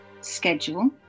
Schedule